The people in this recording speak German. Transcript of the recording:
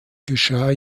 geschah